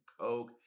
coke